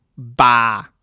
Bah